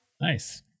Nice